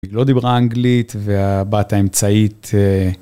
היא לא דיברה אנגלית והבת האמצעית...